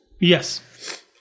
Yes